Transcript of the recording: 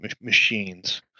machines